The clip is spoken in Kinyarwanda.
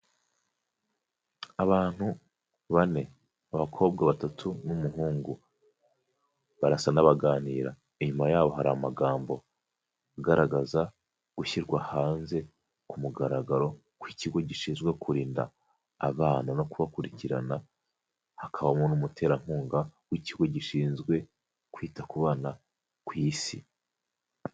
Abantu bane, abakobwa batatu n'umuhungu barasa n'abaganira, inyuma yaho hari amagambo agaragaza gushyirwa hanze ku mugaragaro ko ikigo gishinzwe kurinda abana no kubakurikirana, hakabamo n'umuterankunga w'ikigo gishinzwe kwita ku bana ku Isi.